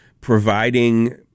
Providing